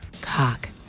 cock